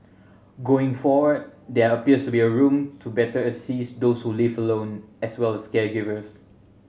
going forward there appears to be room to better assist those who live alone as well as caregivers